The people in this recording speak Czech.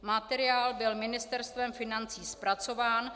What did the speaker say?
Materiál byl Ministerstvem financí zpracován.